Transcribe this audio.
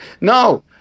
No